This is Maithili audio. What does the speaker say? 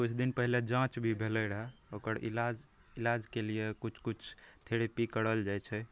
किछु दिन पहिले जाँच भी भेलै रहै ओकर इलाज इलाज केलिए किछु किछु थेरेपी करल जाइ छै